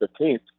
15th